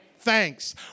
thanks